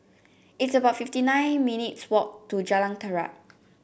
it's about fifty nine minutes' walk to Jalan Terap